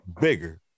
bigger